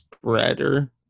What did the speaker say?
Spreader